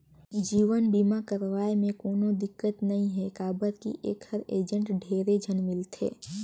जीवन बीमा करवाये मे कोनो दिक्कत नइ हे काबर की ऐखर एजेंट ढेरे झन मिलथे